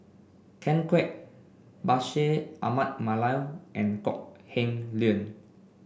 Ken Kwek Bashir Ahmad Mallal and Kok Heng Leun